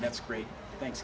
that's great thanks